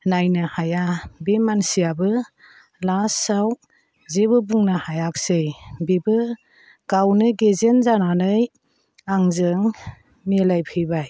नायनो हाया बे मानसियाबो लासआव जेबो बुंनो हायासै बेबो गावनो गेजेन जानानै आंजों मिलायफैबाय